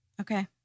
Okay